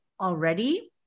already